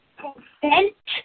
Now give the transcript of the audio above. consent